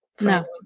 No